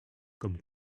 comme